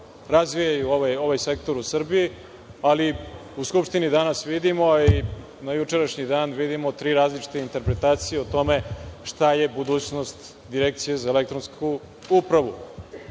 razvijaju ovaj sektor u Srbiji, ali u Skupštini danas vidimo, a i juče vidimo, tri različiti interpretacije o tome šta je budućnost Direkcije za elektronsku upravu. Ubeđen